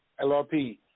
LRP